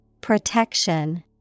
Protection